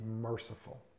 merciful